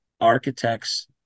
architects